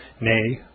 nay